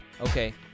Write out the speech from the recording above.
Okay